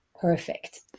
perfect